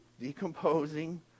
decomposing